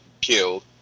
killed